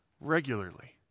regularly